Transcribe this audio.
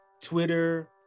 Twitter